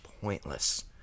pointless